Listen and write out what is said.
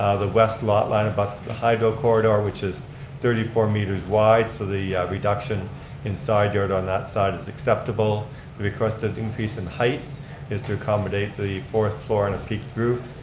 ah the west lot line abuts the hydro-corridor, which is thirty four meters wide. so the reduction in side-yard on that side is acceptable. the requested increase in height is to accommodate the fourth floor on and a peaked roof.